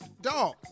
Dog